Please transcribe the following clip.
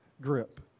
grip